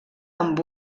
amb